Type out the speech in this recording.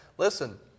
Listen